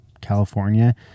California